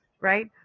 right